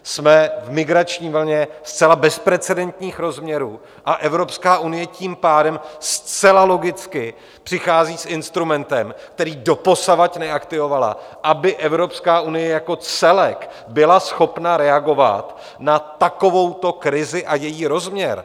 Jsme v migrační vlně zcela bezprecedentních rozměrů, a Evropská unie tím pádem zcela logicky přichází s instrumentem, který doposavad neaktivovala, aby Evropská unie jako celek byla schopna reagovat na takovouto krizi a její rozměr.